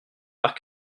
par